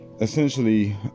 essentially